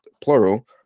plural